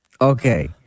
Okay